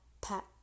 pat